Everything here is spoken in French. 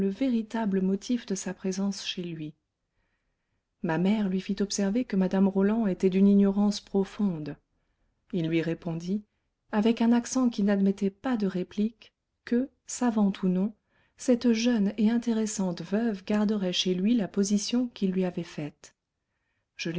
véritable motif de sa présence chez lui ma mère lui fit observer que mme roland était d'une ignorance profonde il lui répondit avec un accent qui n'admettait pas de réplique que savante ou non cette jeune et intéressante veuve garderait chez lui la position qu'il lui avait faite je